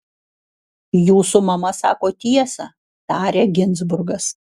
jūsų mama sako tiesą tarė ginzburgas